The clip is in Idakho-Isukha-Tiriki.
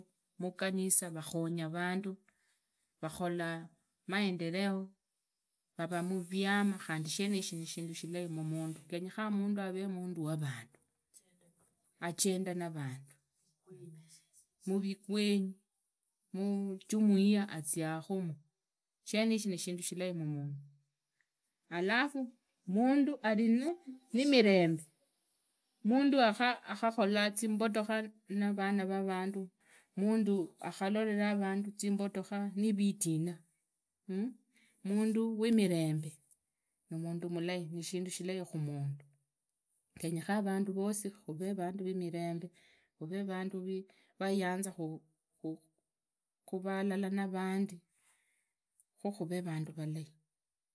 Muganisa vakhonya vundu vakhola maendeleo vavaa muriama khandi shenishi ni shindu shilai mumundi genye khana mundu avee munduwa vundu ajenda na vandu murikwi mujumuiga aziakhumu shenishi nishindu shilai alafu munda arina mirembe mundu ahhahhola imbotokha na vana va vandu mundu ahhalolora vandu zimbotokha nivitina mundu wimirembe ni mundu nishinda shirai khumundu genyekha vandu vosi khavee vandu vimirembe khuvee vandu vayanza khuvaa alala navandi khu khuvee vanda valai.